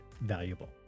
valuable